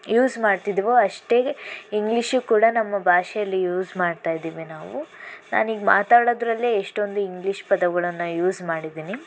use ಮಾಡ್ತಿದ್ದೀವೋ ಅಷ್ಟೇ English ಕೂಡ ನಮ್ಮ ಭಾಷೇಲಿ ಯೂಸ್ ಮಾಡ್ತಾಯಿದ್ದೀವಿ ನಾವು ನಾನು ಈಗ ಮಾತಾಡೋದ್ರಲ್ಲೇ ಎಷ್ಟೊಂದು ಇಂಗ್ಲೀಷ್ ಪದಗಳನ್ನು ಯೂಸ್ ಮಾಡಿದ್ದೀನಿ